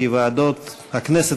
כי ועדות הכנסת,